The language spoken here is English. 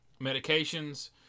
medications